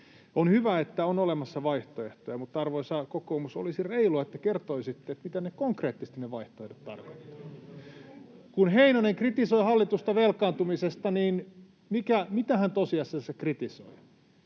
On hyvä, että on olemassa vaihtoehtoja, mutta, arvoisa kokoomus, olisi reilua, että kertoisitte, mitä ne vaihtoehdot konkreettisesti tarkoittavat. [Arto Satosen välihuuto] Kun Heinonen kritisoi hallitusta velkaantumisesta, niin mitä hän tosiasiassa kritisoi?